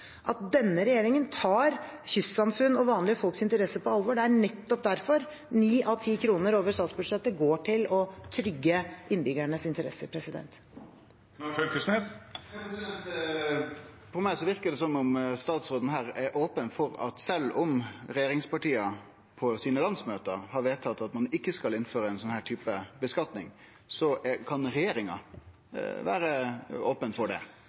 at denne regjeringen tar kystsamfunn og vanlige folks interesser på alvor. Det er nettopp derfor ni av ti kroner over statsbudsjettet går til å trygge innbyggernes interesser. På meg verkar det som om statsråden her er open for at sjølv om regjeringspartia på landsmøta sine har vedtatt at ein ikkje skal innføre ein sånn type skattlegging, så kan regjeringa vere open for det.